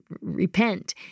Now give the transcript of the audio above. repent